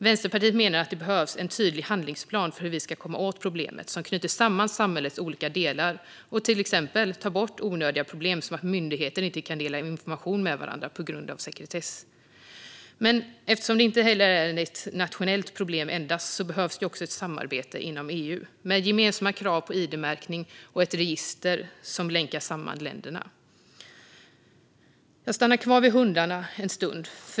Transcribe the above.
Vänsterpartiet menar att det behövs en tydlig handlingsplan för hur vi ska komma åt problemet som knyter samman samhällets olika delar och till exempel tar bort onödiga problem som att myndigheter inte kan dela information med varandra på grund av sekretess. Eftersom det inte endast är ett nationellt problem behövs det också ett samarbete inom EU med gemensamma krav på id-märkning och ett register som länkar samman länderna. Jag stannar kvar vid hundarna en stund.